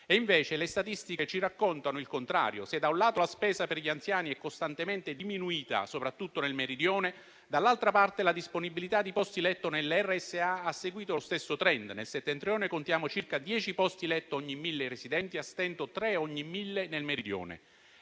Invece, le statistiche ci raccontano il contrario: se da un lato la spesa per gli anziani è costantemente diminuita (soprattutto nel Meridione), dall'altro la disponibilità di posti letto nelle RSA ha seguito lo stesso *trend*: nel Settentrione contiamo circa dieci posti letto ogni mille residenti, mentre nel Meridione